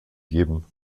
gegeben